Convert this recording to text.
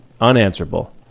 Unanswerable